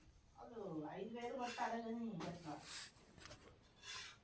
రైతులు పంట పై వచ్చే చీడ పురుగులు నివారించడానికి ఏ జాగ్రత్తలు పాటించాలి?